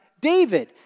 David